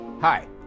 Hi